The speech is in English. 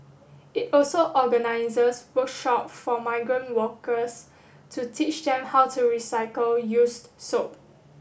it also organises workshops for migrant workers to teach them how to recycle used soap